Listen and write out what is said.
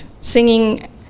singing